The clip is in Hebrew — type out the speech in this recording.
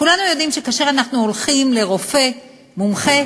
כולנו יודעים שכאשר אנחנו הולכים לרופא מומחה,